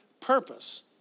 purpose